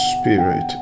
spirit